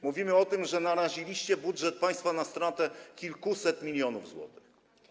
Mówimy o tym, że naraziliście budżet państwa na stratę kilkuset milionów złotych.